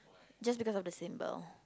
just because of the symbol